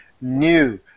new